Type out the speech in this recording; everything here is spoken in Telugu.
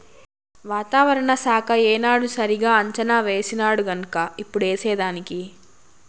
వాతావరణ శాఖ ఏనాడు సరిగా అంచనా వేసినాడుగన్క ఇప్పుడు ఏసేదానికి